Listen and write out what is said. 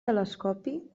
telescopi